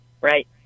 Right